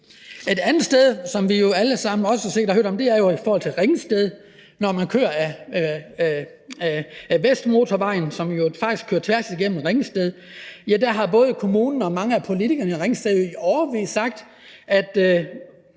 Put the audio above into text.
Et andet sted, som vi jo også alle sammen har set og hørt om, er Ringsted, for når man kører ad Vestmotorvejen, kører man jo faktisk tværs igennem Ringsted. Der har både kommunen og mange af politikerne i Ringsted jo i årevis sagt, at